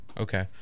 Okay